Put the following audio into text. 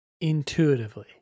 intuitively